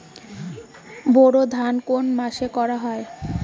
বোরো ধান কোন মাসে করা হয়?